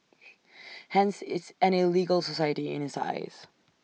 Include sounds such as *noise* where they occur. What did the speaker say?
*noise* hence it's an illegal society in his eyes